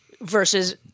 Versus